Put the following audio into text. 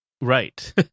Right